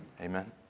Amen